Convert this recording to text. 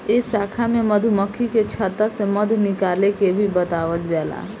ए शाखा में मधुमक्खी के छता से मध निकाले के भी बतावल जाला